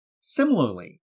Similarly